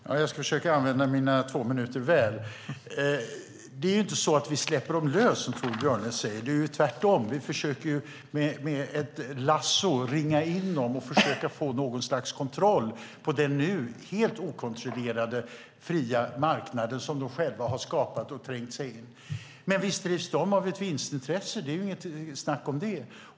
Herr talman! Jag ska försöka använda mina två minuter väl. Det är inte så att vi släpper bolagen lösa, som Torbjörn Björlund säger. Det är tvärtom; vi försöker att ringa in dem med ett lasso och få något slags kontroll på den nu helt okontrollerade fria marknad som de själva har skapat och trängt sig in på. Visst drivs bolagen av ett vinstintresse - det är inget snack om det!